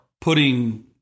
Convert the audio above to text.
putting